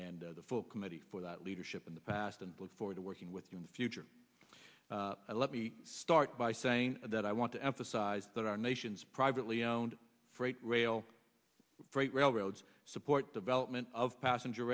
and the full committee for that leadership in the past and look forward to working with you in the future let me start by saying that i want to emphasize that our nation's privately owned freight rail freight railroads support development of passenger